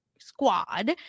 squad